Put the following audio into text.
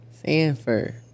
Sanford